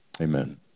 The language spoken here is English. Amen